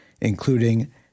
including